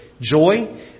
joy